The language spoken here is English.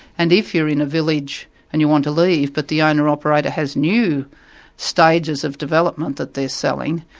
and if you're in a village and you want to leave, but the owner-operator has new stages of development that they're selling,